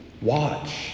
Watch